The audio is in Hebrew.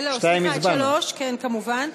סליחה, את 3. כן, כמובן.